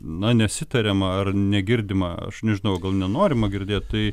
na nesitariama ar negirdima aš nežinau gal nenorima girdėt tai